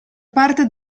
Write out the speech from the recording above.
parte